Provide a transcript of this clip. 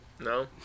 No